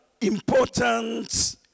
important